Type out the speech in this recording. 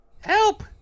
help